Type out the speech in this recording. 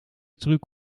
truc